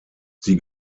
sie